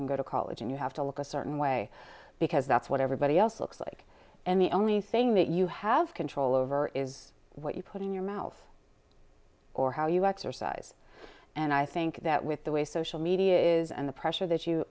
can go to college and you have to look a certain way because that's what everybody else looks like and the only thing that you have control over is what you put in your mouth or how you exercise and i think that with the way social media is and the pressure that you